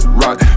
right